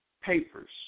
papers